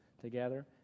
together